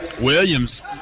Williams